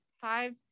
five